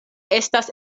estas